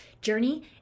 journey